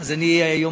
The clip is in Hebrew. אז אני אומר,